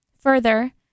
Further